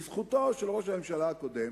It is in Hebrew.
לזכותו של ראש הממשלה הקודם,